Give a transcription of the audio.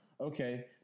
Okay